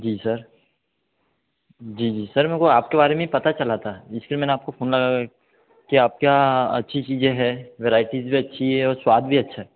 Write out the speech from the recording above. जी sir जी जी sir मेको आपके बारे में पता चला था इसलिए मैंने आपको फ़ोन लगाया कि आपके यहाँ अच्छी चीज़ें है वेराइटीज़ भी अच्छी है और स्वाद भी अच्छा है